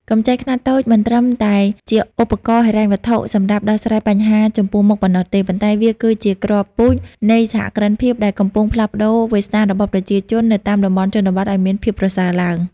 កម្ចីខ្នាតតូចមិនត្រឹមតែជាឧបករណ៍ហិរញ្ញវត្ថុសម្រាប់ដោះស្រាយបញ្ហាចំពោះមុខប៉ុណ្ណោះទេ ប៉ុន្តែវាគឺជាគ្រាប់ពូជនៃសហគ្រិនភាពដែលកំពុងផ្លាស់ប្តូរវាសនារបស់ប្រជាជននៅតាមតំបន់ជនបទឱ្យមានភាពប្រសើរឡើង។